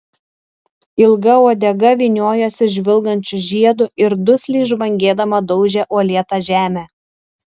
ilga uodega vyniojosi žvilgančiu žiedu ir dusliai žvangėdama daužė uolėtą žemę